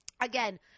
again